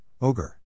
Ogre